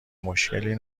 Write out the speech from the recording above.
مشکلی